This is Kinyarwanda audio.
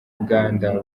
uganda